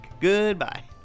Goodbye